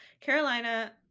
Carolina